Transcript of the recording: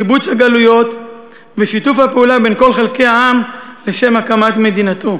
קיבוץ הגלויות ושיתוף הפעולה בין כל חלקי העם לשם הקמת מדינתו.